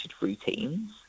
routines